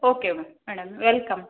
okay madam wel come